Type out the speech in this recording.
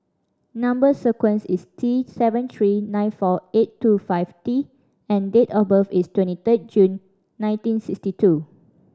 number sequence is T seven three nine four eight two five T and date of birth is twenty third June nineteen sixty two